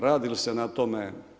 Radi li se na tome?